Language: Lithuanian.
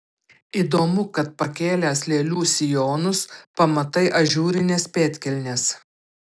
įdomu kad pakėlęs lėlių sijonus pamatai ažūrines pėdkelnes